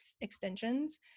extensions